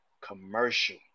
commercial